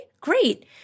great